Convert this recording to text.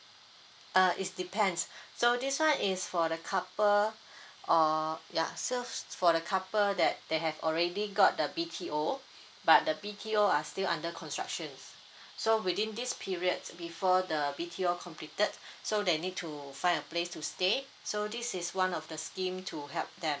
uh is depends so this one is for the couple or yeah so for the couple that they have already got theB_T_O but the B_T_O are still under construction so within these periods before the B_T_O completed so they need to find a place to stay so this is one of the scheme to help them